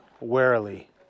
warily